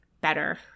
better